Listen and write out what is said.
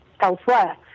elsewhere